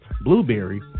Blueberry